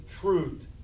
truth